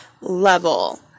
level